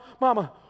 Mama